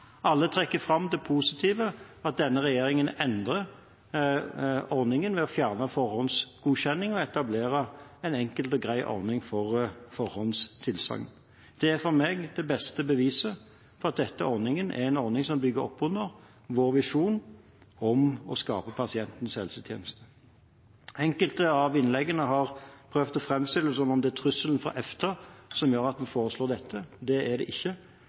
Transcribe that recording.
Alle trekker fram det positive, at denne regjeringen endrer ordningen ved å fjerne forhåndsgodkjenning og etablere en enkel og grei ordning for forhåndstilsagn. Det er for meg det beste beviset på at denne ordningen er en ordning som bygger opp under vår visjon om å skape pasientens helsetjeneste. Enkelte av innleggene har prøvd å framstille det som om det er trusselen fra EFTA som gjør at vi foreslår dette. Det er det ikke.